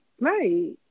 Right